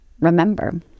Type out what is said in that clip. remember